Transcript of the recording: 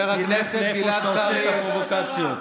זה מה שאתה עושה, פרובוקציות.